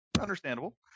Understandable